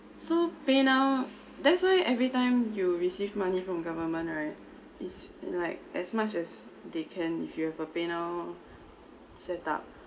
so paynow that's why every time you receive money from government right is like as much as they can if you have a paynow setup